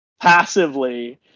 passively